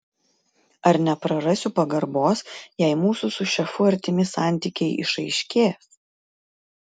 ar neprarasiu pagarbos jei mūsų su šefu artimi santykiai išaiškės